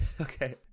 Okay